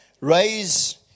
Raise